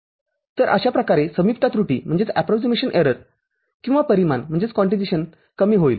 तरअशा प्रकारे समीपता त्रुटी किंवा परिमाण कमी होईल